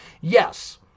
Yes